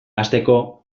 hasteko